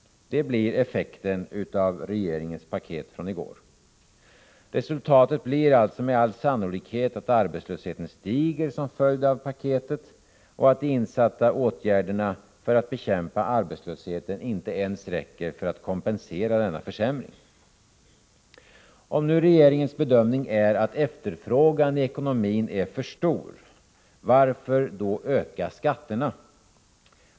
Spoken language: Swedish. Det blir effekten av regeringens paket från i går. Resultatet blir alltså med all sannolikhet att arbetslösheten stiger som följd av paketet och att de insatta åtgärderna för att bekämpa arbetslösheten inte räcker till ens för att kompensera denna försämring. Om nu regeringens bedömning är att efterfrågan i ekonomin är för stor, varför då höja skatterna?